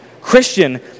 Christian